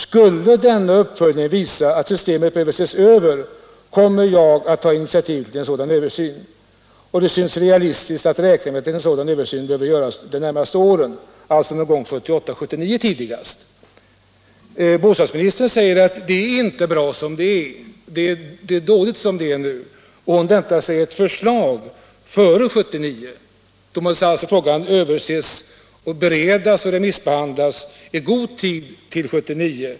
Skulle denna uppföljning visa att systemet behöver ses över kommer jag att ta initiativ till en översyn. Det synes realistiskt att räkna med att sådan översyn behöver göras under de närmaste åren.” Alltså tidigast någon gång 1978-1979. Bostadsministern säger att det är dåligt som det är nu. Och hon väntar sig ett förslag före 1979. Då måste alltså frågan överses, beredas och remissbehandlas i god tid till 1979.